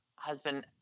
Husband